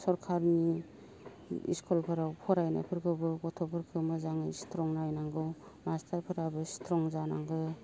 सरखारनि इस्कुलफोराव फरायनायफोरखौबो गथ'फोरखौ मोजाङै स्ट्रं नायनांगौ मास्टारफोराबो स्ट्रं जानांगौ